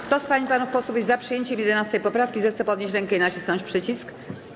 Kto z pań i panów posłów jest za przyjęciem 11. poprawki, zechce podnieść rękę i nacisnąć przycisk.